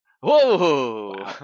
Whoa